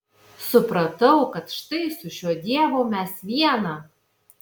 supratau kad štai su šiuo dievu mes viena